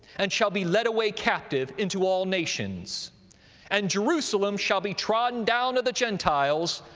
and shall be led away captive into all nations and jerusalem shall be trodden down of the gentiles,